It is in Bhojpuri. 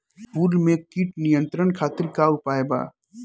फूल में कीट नियंत्रण खातिर का उपाय बा?